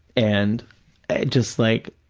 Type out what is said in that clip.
and just like,